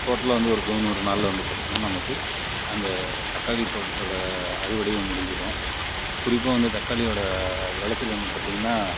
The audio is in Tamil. டோட்டலாக வந்து ஒரு தொண்ணூறு நாளில் வந்து பார்த்திங்கன்னா நமக்கு அந்த தக்காளி தோட்டத்தோடய அறுவடையும் முடிஞ்சுடும் குறிப்பாக வந்து தக்காளியோடய விளைச்சல் வந்து பார்த்திங்கன்னா